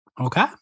Okay